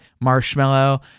marshmallow